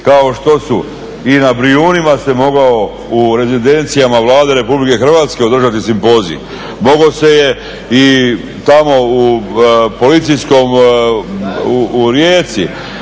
kao što su i na Brijunima se moglo u rezidencijama Vlade RH mogao održati simpozij, mogao se je u policijskom tamo